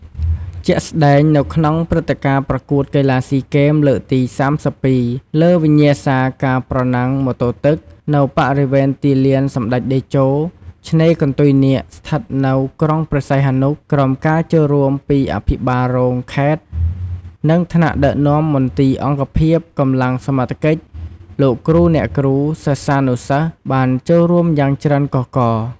ជាក់ស្តែង នៅក្នុងព្រឹត្តិការណ៍ប្រកួតកីឡាស៊ីហ្គេមលើកទី៣២ លើវិញ្ញាសាការប្រណាំងម៉ូតូទឹក នៅបរិវេណទីលានសម្ដេចតេជោ ឆ្នេរកន្ទុយនាគស្ថិតនៅ ក្រុងព្រះសីហនុ ក្រោមការចូលរួមពី អភិបាលរងខេត្ត និងថ្នាក់ដឹកនាំមន្ទីរអង្គភាព កម្លាំងសមត្ថកិច្ច លោកគ្រូអ្នកគ្រូ សិស្សានុសិស្ស បានចូលរួមយ៉ាងច្រើនកុះករ។